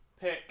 pick